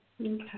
Okay